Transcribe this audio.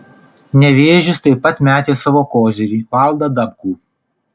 nevėžis taip pat metė savo kozirį valdą dabkų